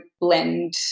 blend